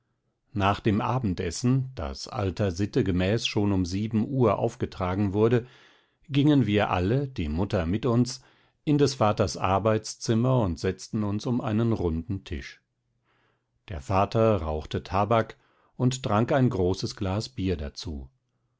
nach dem abendessen das alter sitte gemäß schon um sieben uhr aufgetragen wurde gingen wir alle die mutter mit uns in des vaters arbeitszimmer und setzten uns um einen runden tisch der vater rauchte tabak und trank ein großes glas bier dazu